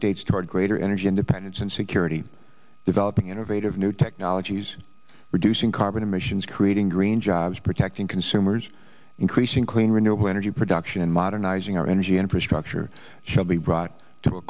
states toward greater energy independence and security developing innovative new technologies reducing carbon emissions creating green jobs protecting consumers increasing clean renewable energy production and modernizing our energy infrastructure shall be brought to